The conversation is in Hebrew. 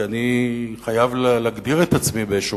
כי אני חייב להגדיר את עצמי באיזה מקום.